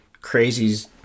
crazies